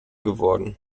geworden